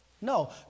No